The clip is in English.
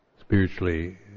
spiritually